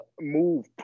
move